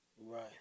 Right